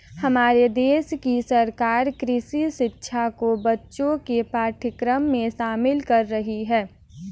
हमारे देश की सरकार कृषि शिक्षा को बच्चों के पाठ्यक्रम में शामिल कर रही है